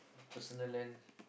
personal land